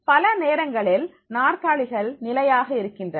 பல நேரங்களில் நாற்காலிகள் நிலையாக இருக்கின்றன